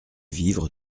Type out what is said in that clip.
vivres